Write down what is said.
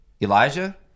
Elijah